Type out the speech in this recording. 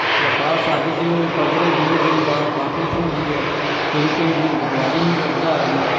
दरखास्त अज्ज देओ पंदरैं बीहें दिनैं बाद कापी थ्होंदी ऐ केंई केंई दिन पटवारी नी लभदा ऐ भाई